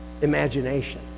imagination